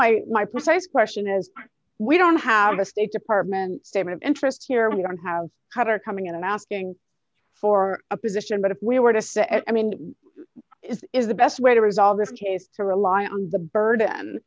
my my precise question is we don't have a state department statement interest here we don't have had our coming in and asking for a position but if we were to say i mean is is the best way to resolve this case to rely on the burden